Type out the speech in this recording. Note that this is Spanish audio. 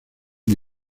una